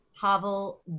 Pavel